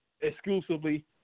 exclusively